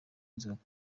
inzoga